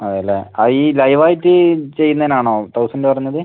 അതെ അല്ലെ അത് ഈ ലൈവ് ആയിട്ട് ചെയ്യുന്നതിന് ആണോ തൗസൻ്റ് പറഞ്ഞത്